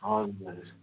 हजुर हजुर